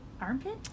Armpit